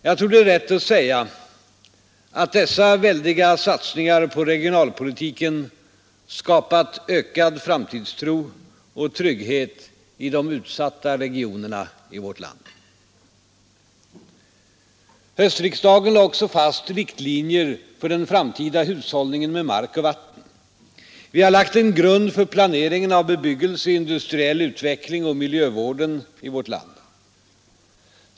Jag tror att det är rätt att säga att dessa väldiga satsningar på regionalpolitiken skapat ökad framtidstro och trygghet i de utsatta regionerna i vårt land. Höstriksdagen lade också fast riktlinjer för den framtida hushållningen med mark och vatten. Vi har lagt en grund för planering av bebyggelse och industriell utveckling och miljövården i vårt land.